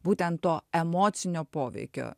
būtent to emocinio poveikio